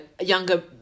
younger